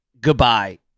goodbye